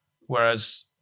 Whereas